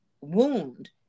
wound